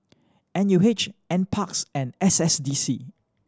N U H N Parks and S S D C